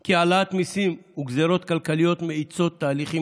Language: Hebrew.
כי העלאת מיסים וגזרות כלכליות מאיצים תהליכים